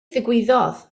ddigwyddodd